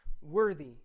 worthy